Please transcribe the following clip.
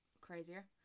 crazier